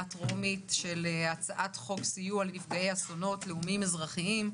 הטרומית בהצעת חוק סיוע לנפגעי אסונות לאומיים אזרחיים,